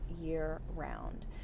year-round